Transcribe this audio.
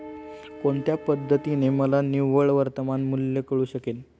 कोणत्या पद्धतीने मला निव्वळ वर्तमान मूल्य कळू शकेल?